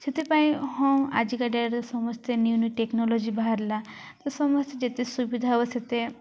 ସେଥିପାଇଁ ହଁ ଆଜିକା ଡେଟରେ ସମସ୍ତେ ନିୟୁ ନିୟୁ ଟେକ୍ନୋଲୋଜି ବାହାରିଲା ତ ସମସ୍ତେ ଯେତେ ସୁବିଧା ହବ ସେତେ